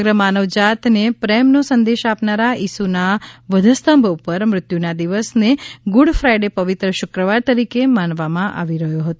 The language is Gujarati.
સમગ્ર માનવ જાતને પ્રેમનો સંદેશ આપનાર ઈસુના વધઃસ્તંભ ઉપર મૃત્યુના દિવસને ગુડ ફા ઇડે પવિત્ર શુક્રવાર તરીકે મનાવામાં આવ્યો હતો